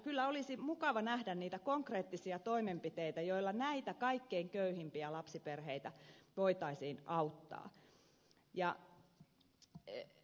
kyllä olisi mukava nähdä niitä konkreettisia toimenpiteitä joilla näitä kaikkein köyhimpiä lapsiperheitä voitaisiin auttaa